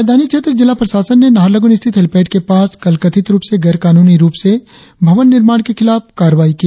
राजधानी क्षेत्र जिला प्रशासन ने नाहरलगुन स्थिति हेलिपैड के पास कल कथित रुप से गैरकानूनी रुप से भवन निर्माण के खिलाफ कार्रवाई की